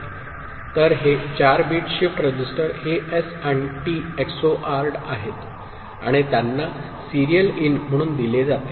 तर हे 4 bit shift register हे एस आणि टी एक्सओआरड आहेत आणि त्यांना सिरियल इन म्हणून दिले जाते